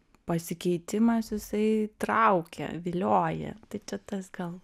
pasikeitimas jisai traukia vilioja tai čia tas gal